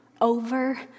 over